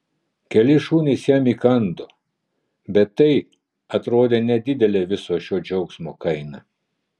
keli šunys jam įkando bet tai atrodė nedidelė viso šio džiaugsmo kaina